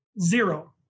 zero